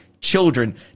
children